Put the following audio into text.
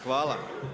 Hvala.